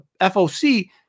FOC